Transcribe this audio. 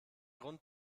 grund